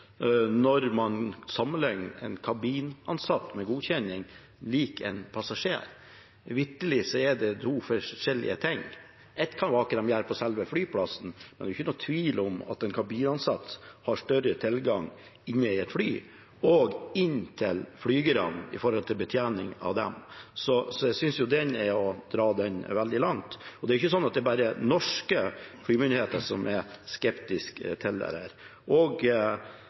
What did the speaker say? når man sammenligner en kabinansatt med godkjenning, med en passasjer. Vitterlig er det to forskjellige ting. Det ene er hva de gjør på selve flyplassen. Det andre er at det ikke er noen tvil om at en kabinansatt har større tilgang inne i et fly og til flygerne, når det gjelder betjening av dem. Jeg synes dette er å dra det veldig langt. Det er ikke bare norske flymyndigheter som er skeptisk. Også den europeiske partnerorganisasjonen til